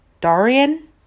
Dorian